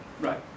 right